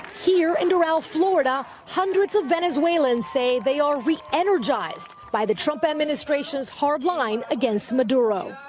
here in doral, florida hundreds of venezuelans say they are reenergized by the trump administration's hard line against maduro.